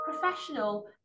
professional